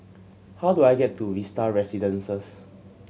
how do I get to Vista Residences